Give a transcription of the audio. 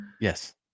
Yes